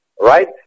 right